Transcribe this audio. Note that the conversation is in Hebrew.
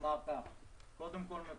קודם כל,